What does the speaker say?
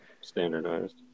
standardized